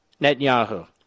Netanyahu